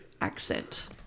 accent